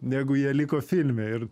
negu jie liko filme ir